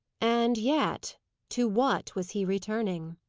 and yet to what was he returning?